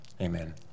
amen